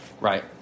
Right